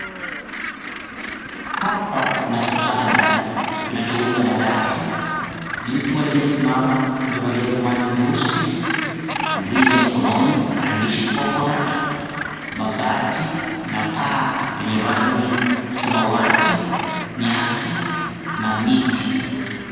Hapa kuna kibanda kinachouza madafu, mtu aliyesimama amevalia miwani meusi na mrija mkononi, maandishi, "Coconut", mabati na paa lenye rangi ya samawati, nyasi, kuna miti.